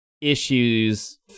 issues